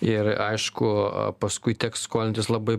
ir aišku paskui teks skolintis labai